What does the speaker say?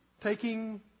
taking